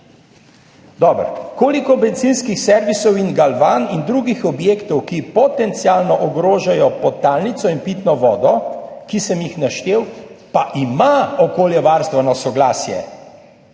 Koliko bencinskih servisov in galvan in drugih objektov, ki potencialno ogrožajo podtalnico in pitno vodo, ki sem jih naštel, pa ima okoljevarstveno soglasje?